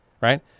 right